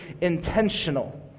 intentional